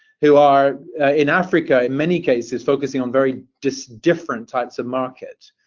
who are in africa in many cases focusing on very just different types of market.